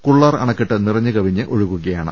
കുള്ളാർ അണക്കെട്ട് നിറഞ്ഞു കവിഞ്ഞു ഒഴുകുകയാണ്